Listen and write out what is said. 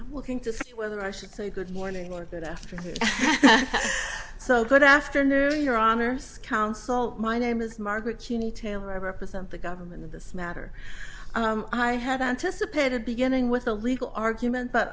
taylor looking to see whether i should say good morning or good afternoon so good afternoon your honor counsel my name is margaret cine tailor i represent the government in this matter i had anticipated beginning with a legal argument but